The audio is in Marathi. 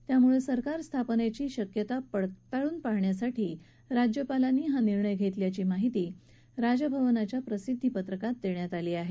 त्यामुळे सरकार स्थापनेची शक्यता पडताळून पाहण्यासाठी राज्यपालांनी हा निर्णय घेतल्याची माहिती राजभवनानं प्रसिद्धीपत्रक जारी करून दिली आहे